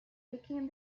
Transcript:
became